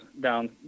down